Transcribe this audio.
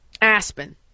Aspen